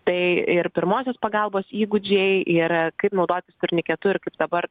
tai ir pirmosios pagalbos įgūdžiai ir kaip naudotis turniketu ir kaip dabar